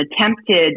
attempted